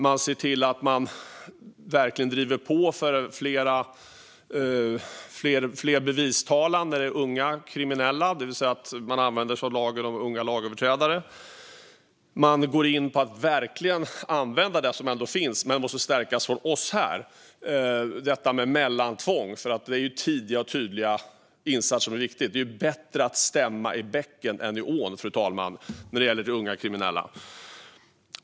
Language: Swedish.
Man driver på för att använda bevistalan i fler fall när det handlar om unga kriminella, det vill säga att använda lagen om unga lagöverträdare. Man går in för att verkligen använda det som ändå finns men som måste stärkas av oss här, nämligen mellantvång. Det är tidiga och tydliga insatser som är viktiga. Det är bättre att stämma i bäcken än i ån, fru talman, när det gäller unga kriminella.